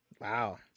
wow